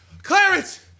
Clarence